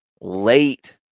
late